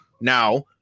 Now